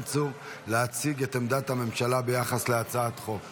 צור להציג את עמדת הממשלה ביחס להצעת חוק.